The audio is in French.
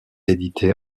édités